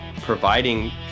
providing